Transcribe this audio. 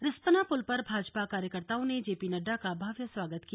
रिस्पना पुल पर भाजपा कार्यकर्ताओं ने जेपी नड्डा का भव्य स्वागत किया